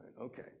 okay